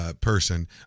person